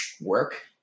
work